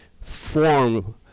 form